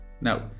Now